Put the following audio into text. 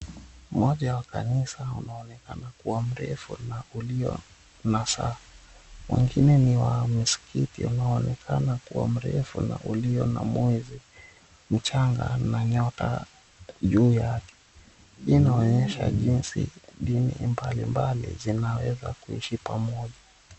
Uwanja wa kanisa unaonekana kuwa mrefu na ulio na saa. Mwengine ni wa msikiti unaonekana kuwa mrefu na uliyo na mwezi mchanga na nyota juu yake. Hii inaonyesha jinsi dini mbali mbali zinaweza kuishi pamoja.